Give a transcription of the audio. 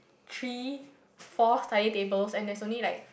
three four study tables and there's only like